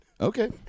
Okay